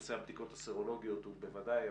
נושא הבדיקות הסרולוגיות הוא בוודאי.